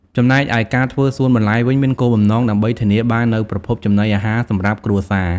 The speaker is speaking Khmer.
ចំណែកឯការធ្វើសួនបន្លែវិញមានគោលបំណងដើម្បីធានាបាននូវប្រភពចំណីអាហារសម្រាប់គ្រួសារ។